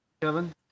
Kevin